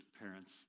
parents